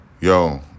yo